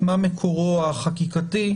מה מקורו החקיקתי?